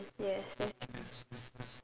mm yes that's true